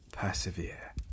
Persevere